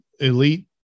elite